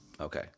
Okay